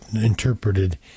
interpreted